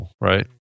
right